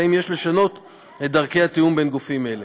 ואם יש לשנות את דרכי התיאום בין הגופים האלה.